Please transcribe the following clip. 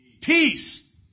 peace